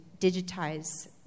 digitize